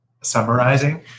summarizing